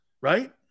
Right